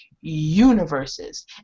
universes